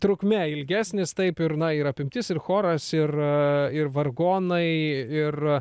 trukme ilgesnis taip ir na ir apimtis ir choras ir ir vargonai ir